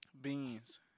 Beans